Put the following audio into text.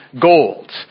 gold